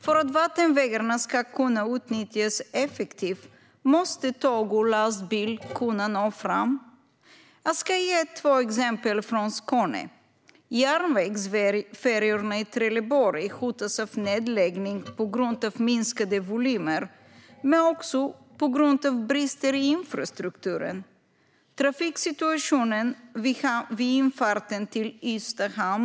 För att vattenvägarna ska kunna utnyttjas effektivt måste tåg och lastbil kunna nå fram. Jag ska ge två exempel från Skåne. Det första gäller järnvägsfärjorna i Trelleborg. De hotas av nedläggning, dels på grund av minskade volymer, dels på grund av brister i infrastrukturen. Det andra exemplet gäller trafiksituationen vid infarten till Ystad hamn.